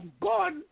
God